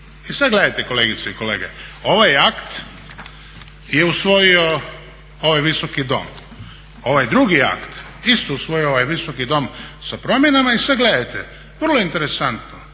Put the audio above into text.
E sad gledajte kolegice i kolege, ovaj akt je usvojio ovaj visoki dom, ovaj drugi akt isto usvojio ovaj Visoki dom sa promjenama. Vrlo interesantno,